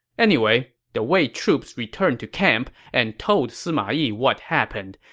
anyway, the wei troops returned to camp and told sima yi what happened,